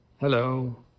hello